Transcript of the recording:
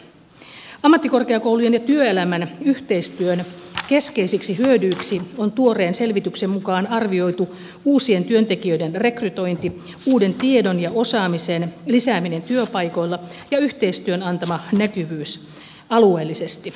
ammattikorkeakoulujen ja työelämän yhteistyön keskeisiksi hyödyiksi on tuoreen selvityksen mukaan arvioitu uusien työntekijöiden rekrytointi uuden tiedon ja osaamisen lisääminen työpaikoilla ja yhteistyön antama näkyvyys alueellisesti